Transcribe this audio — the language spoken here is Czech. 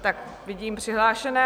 Tak vidím přihlášeného.